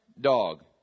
Dog